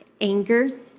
anger